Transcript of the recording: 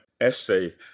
essay